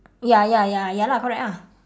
ya ya ya ya lah correct ah